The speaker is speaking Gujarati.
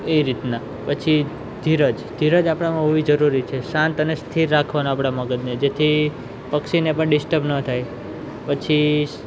એ રીતના પછી ધીરજ ધીરજ આપણામાં હોવી જરૂરી છે શાંત અને સ્થિર રાખવાનું આપણા મગજને જેથી પક્ષીને પણ ડિસ્ટર્બ ન થાય પછી